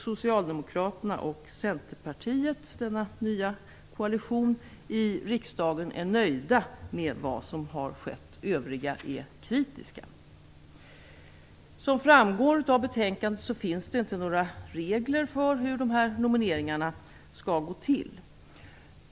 Socialdemokraterna och Centerpartiet, denna nya koalition i riksdagen, är nöjda med vad som har skett, övriga är kritiska. Som framgår av betänkandet finns det inte några regler för hur nomineringarna skall gå till.